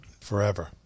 forever